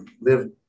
live